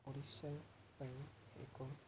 ଓଡ଼ିଶା ପାଇଁ ଏକ